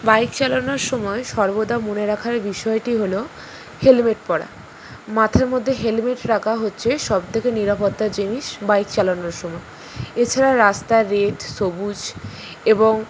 bike চালানোর সময় সর্বদা মনে রাখার বিষয়টি হলো হেলমেট পরা মাথার মধ্যে হেলমেট রাখা হচ্ছে সব থেকে নিরাপত্তার জিনিস বাইক চালানোর সময় এছাড়া রাস্তার রেড সবুজ এবং